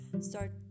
start